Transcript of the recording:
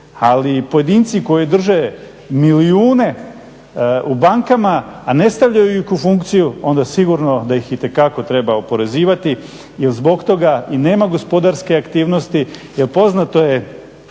Ali pojedinci koji drže milijune u bankama a ne stavljaju ih u funkciju onda sigurno da ih itekako treba oporezivati jer zbog toga i nema gospodarske aktivnosti, jer poznato je